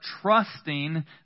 trusting